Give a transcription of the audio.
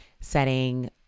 setting